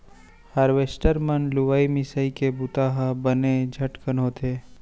harvester म लुवई मिंसइ के बुंता ह बने झटकुन होथे